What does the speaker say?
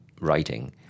writing